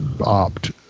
opt